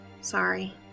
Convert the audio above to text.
Sorry